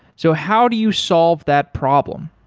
so how do you solve that problem?